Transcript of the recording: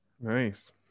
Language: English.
nice